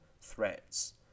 threats